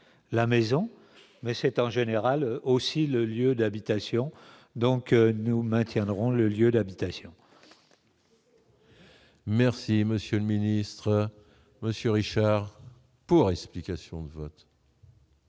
la maison mais c'est en général aussi le lieu d'habitation, donc nous maintiendrons le lieu d'habitation. Merci monsieur le ministre monsieur Richard pour explication de vote.